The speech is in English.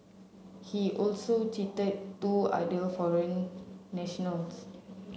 he also cheated two other foreign nationals